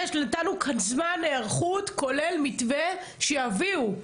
נתנו כאן זמן היערכות כולל מתווה שיביאו,